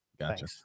gotcha